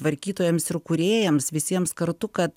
tvarkytojams ir kūrėjams visiems kartu kad